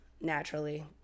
naturally